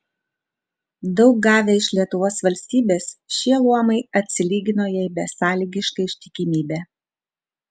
daug gavę iš lietuvos valstybės šie luomai atsilygino jai besąlygiška ištikimybe